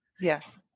Yes